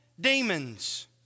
demons